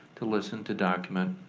to listen, to document,